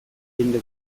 jende